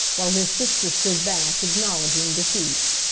while his sister stood back, acknowledging defeat.